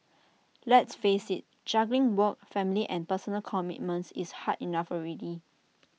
let's face IT juggling work family and personal commitments is hard enough already